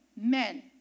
men